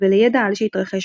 ולידע על שהתרחש בה.